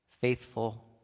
faithful